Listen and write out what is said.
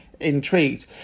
Intrigued